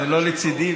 ולא לצידי.